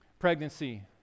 Pregnancy